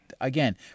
again